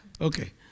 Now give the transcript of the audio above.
Okay